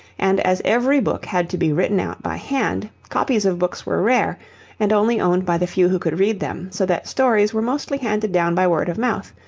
and as every book had to be written out by hand, copies of books were rare and only owned by the few who could read them, so that stories were mostly handed down by word of mouth,